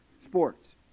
sports